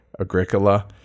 Agricola